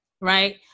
right